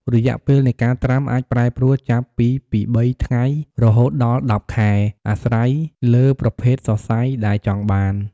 រយៈពេលនៃការត្រាំអាចប្រែប្រួលចាប់ពីពីរបីថ្ងៃរហូតដល់ ១០ ខែ អាស្រ័យលើប្រភេទសរសៃដែលចង់បាន។